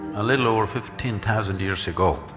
a little over fifteen thousand years ago,